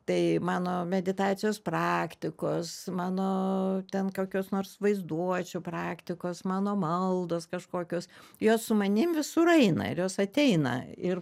tai mano meditacijos praktikos mano ten kokios nors vaizduočių praktikos mano maldos kažkokios jos su manim visur eina ir jos ateina ir